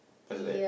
isn't it